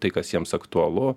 tai kas jiems aktualu